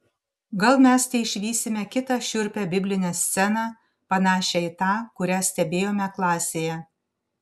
gal mes teišvysime kitą šiurpią biblinę sceną panašią į tą kurią stebėjome klasėje